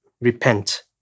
repent